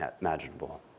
imaginable